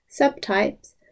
subtypes